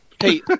Hey